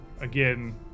again